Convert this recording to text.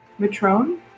Matrone